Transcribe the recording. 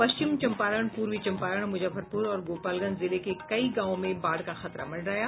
पश्चिम चंपारण पूर्वी चंपारण मुजफ्फरपुर और गोपालगंज जिले के कई गांवों में बाढ़ का खतरा मंडराया